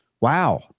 Wow